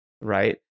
right